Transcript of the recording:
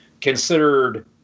considered